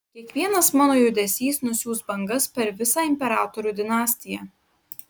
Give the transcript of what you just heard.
kiekvienas mano judesys nusiųs bangas per visą imperatorių dinastiją